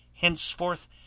Henceforth